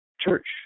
church